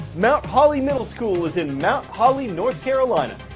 mount holly middle school is in mount holly, north carolina.